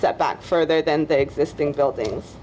step back further than the existing buildings